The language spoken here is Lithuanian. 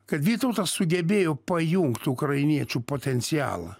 kad vytautas sugebėjo pajungt ukrainiečių potencialą